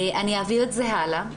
אני אעביר את זה הלאה.